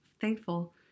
thankful